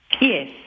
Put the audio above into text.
Yes